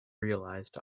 realized